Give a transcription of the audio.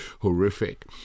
horrific